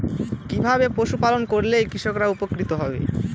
কিভাবে পশু পালন করলেই কৃষকরা উপকৃত হবে?